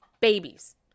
babies